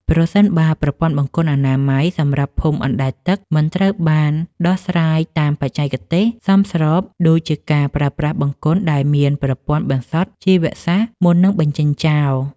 ប្រសិនបើប្រព័ន្ធបង្គន់អនាម័យសម្រាប់ភូមិអណ្តែតទឹកមិនត្រូវបានដោះស្រាយតាមបច្ចេកទេសសមស្រប ដូចជាការប្រើប្រាស់បង្គន់ដែលមានប្រព័ន្ធបន្សុទ្ធជីវសាស្ត្រមុននឹងបញ្ចេញចោល។